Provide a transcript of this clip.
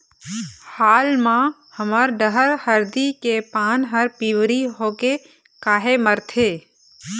हाल मा हमर डहर हरदी के पान हर पिवरी होके काहे मरथे?